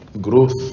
growth